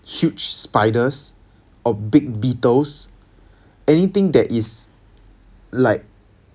huge spiders or big beetles anything that is like